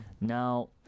Now